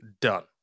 done